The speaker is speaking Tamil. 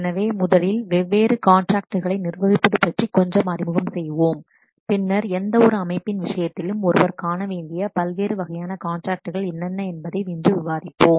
எனவே முதலில் வெவ்வேறு காண்ட்ராக்ட்களை நிர்வகிப்பது பற்றி கொஞ்சம் அறிமுகம் செய்வோம் பின்னர் எந்தவொரு அமைப்பின் விஷயத்திலும் ஒருவர் காண வேண்டிய பல்வேறு வகையான காண்ட்ராக்ட்கள் என்னென்ன என்பதை இன்று விவாதிப்போம்